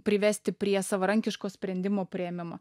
privesti prie savarankiško sprendimo priėmimo